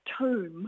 tomb